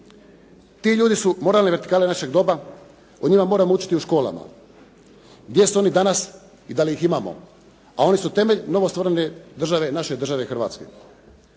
Ti ljudi su moralne vertikale našeg doba. O njima moramo učiti u školama. Gdje su oni danas i da li ih imamo, a oni su temelj novostvorene države, naše države Hrvatske.